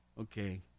Okay